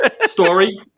story